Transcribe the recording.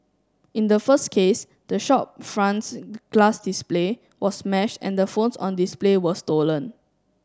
in the first case the shop front's glass display was smash and the phones on display were stolen